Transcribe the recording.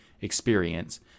experience